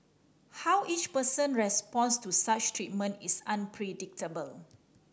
how each person responds to such treatment is unpredictable